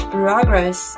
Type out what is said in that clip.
progress